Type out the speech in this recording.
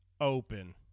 open